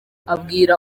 abwira